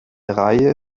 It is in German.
reihe